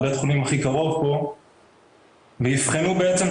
הבית חולים הכי קרוב פה ואבחנו בעצם,